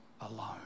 Alone